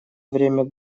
время